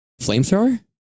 Flamethrower